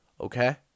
okay